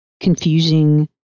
confusing